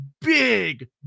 big